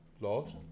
Lost